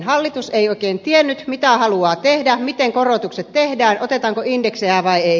hallitus ei oikein tiennyt mitä haluaa tehdä miten korotukset tehdään otetaanko indeksejä vai ei